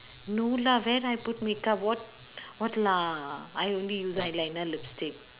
no lah where I put makeup what what lah I only use eyeliner lipstick